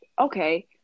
Okay